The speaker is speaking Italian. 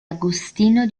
agostino